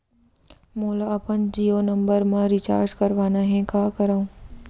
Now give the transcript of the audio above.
मोला अपन जियो नंबर म रिचार्ज करवाना हे, का करव?